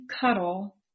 cuddle